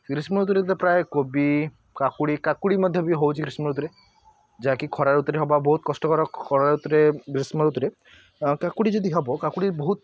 ଗ୍ରୀଷ୍ମ ଋତୁରେ ତ ପ୍ରାୟ କୋବି କାକୁଡ଼ି କାକୁଡ଼ି ମଧ୍ୟ ବି ହେଉଛି ଗ୍ରୀଷ୍ମ ଋତୁରେ ଯାହାକି ଖରା ଋତୁରେ ହେବା ବହୁତ କଷ୍ଟକର ଖରା ଋତୁରେ ଗ୍ରୀଷ୍ମ ଋତୁରେ କାକୁଡ଼ି ଯଦି ହେବ କାକୁଡ଼ି ବହୁତ